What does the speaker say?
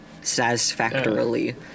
Satisfactorily